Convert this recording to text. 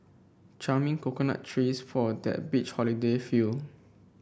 charming coconut trees for that beach holiday feel